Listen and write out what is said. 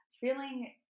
feeling